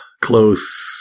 close